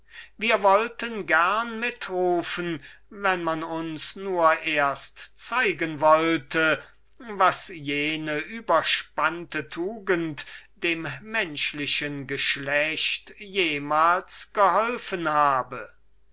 tugend wir wollten gerne mitrufen wenn man uns nur erst zeigen wollte was diese hochgetriebene tugend dem menschlichen geschlecht jemals geholfen habe dion